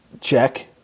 check